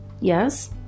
Yes